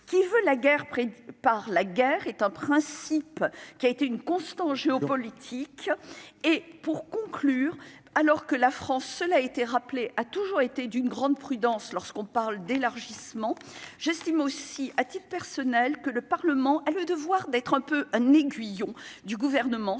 qui veut la guerre par la guerre est un principe qui a été une constante géopolitique et pour conclure, alors que la France, cela a été rappelé, a toujours été d'une grande prudence lorsqu'on parle d'élargissement j'estime aussi à titre personnel, que le Parlement a le devoir d'être un peu un aiguillon du gouvernement, surtout